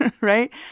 right